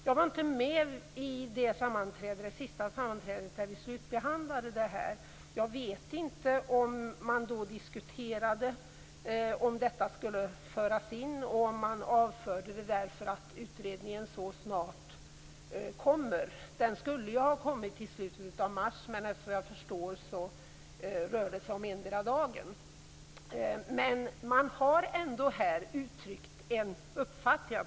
Jag var inte med vid det sista sammanträdet, då detta slutbehandlades. Jag vet inte om man då diskuterade om detta skulle föras in och om man avförde det därför att utredningen kommer så snart. Den skulle ha kommit i slutet av mars, men såvitt jag förstår rör det sig om endera dagen. Men man har ändå här uttryckt en uppfattning.